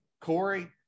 Corey